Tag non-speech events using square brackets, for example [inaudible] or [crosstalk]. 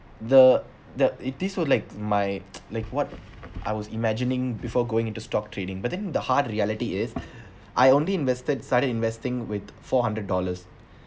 the the it this would like my [noise] like what I was imagining before going into stock trading but then the hard reality is [breath] I only invested started investing with four hundred dollars